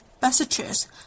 passages